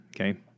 Okay